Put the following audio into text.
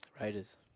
Raiders